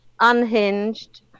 Unhinged